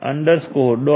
py